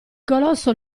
colosso